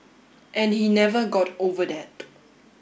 and he never got over that